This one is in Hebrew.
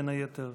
בין היתר,